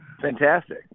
Fantastic